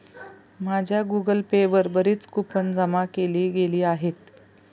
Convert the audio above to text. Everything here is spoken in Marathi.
माझ्या गूगल पे वर बरीच कूपन जमा केली गेली आहेत